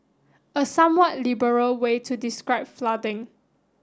a somewhat liberal way to describe flooding